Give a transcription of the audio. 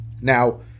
Now